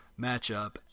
matchup